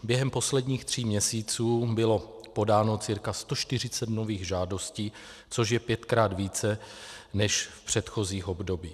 Během posledních tří měsíců bylo podáno cca 140 nových žádostí, což je pětkrát více než v předchozích obdobích.